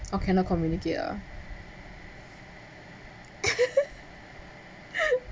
oh cannot communicate ah